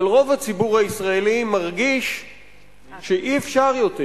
אבל רוב הציבור הישראלי מרגיש שאי-אפשר יותר